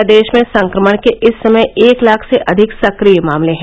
प्रदेश में संक्रमण के इस समय एक लाख से अधिक सक्रिय मामले हैं